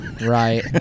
right